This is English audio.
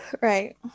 Right